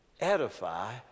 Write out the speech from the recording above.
edify